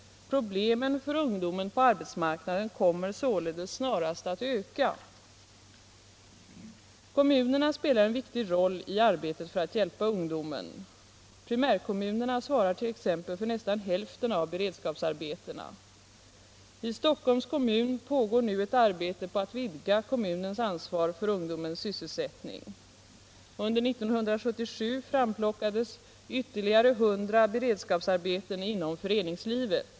Problemen för ungdomen på arbetsmarknaden kommer således snarast att öka. Kommunerna spelar en viktig roll i arbetet för att hjälpa ungdomen. Primärkommunerna svarar t.ex. för nästan hälften av beredskapsarbetena. I Stockholms kommun pågår nu ett arbete på att vidga kommunens ansvar för ungdomens sysselsättning. Under 1977 framplockades ytterligare 100 beredskapsarbeten inom föreningslivet.